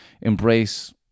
embrace